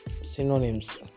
synonyms